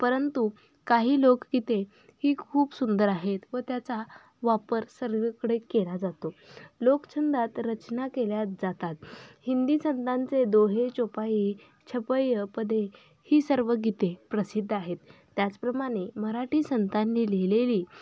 परंतु काही लोकगीते ही खूप सुंदर आहेत व त्याचा वापर सर्वकडे केला जातो लोकछंदात रचना केल्या जातात हिंदी संतांचे दोहे चौपाई छपईय पदे ही सर्व गीते प्रसिद्ध आहेत त्याचप्रमाणे मराठी संतांनी लिहिलेली